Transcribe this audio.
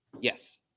yes